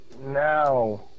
now